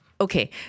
okay